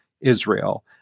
Israel